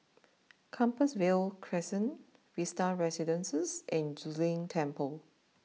Compassvale Crescent Vista Residences and Zu Lin Temple